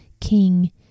king